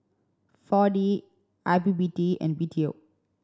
Four D I P P T and B T O